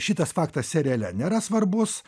šitas faktas seriale nėra svarbus